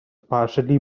partially